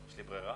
יש לי ברירה?